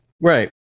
Right